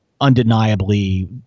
undeniably